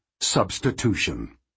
substitution